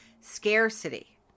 scarcity